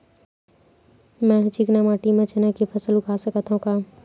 मै ह चिकना माटी म चना के फसल उगा सकथव का?